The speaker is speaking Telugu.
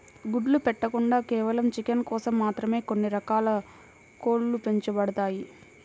గుడ్లు పెట్టకుండా కేవలం చికెన్ కోసం మాత్రమే కొన్ని రకాల కోడ్లు పెంచబడతాయి